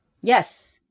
yes